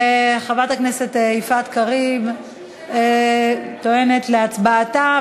חברת הכנסת יפעת קריב טוענת להצבעתה,